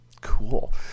Cool